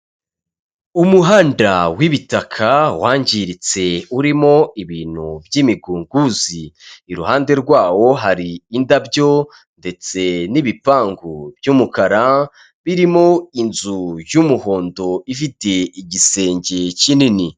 Umuhanda w'ibitaka wangiritse urimo ibintu by'imigunguzi, iruhande rwawo hari indabyo ndetse n'ibipangu by'umukara birimo inzu y'umuhondo ifite igisenge kinini.